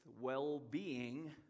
well-being